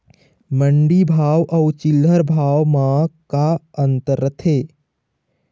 मंडी भाव अउ चिल्हर भाव म का अंतर रथे?